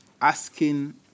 asking